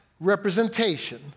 representation